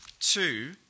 two